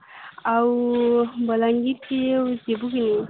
ଆଉ ବାଲାଙ୍ଗୀର୍କି ଯିବୁ କି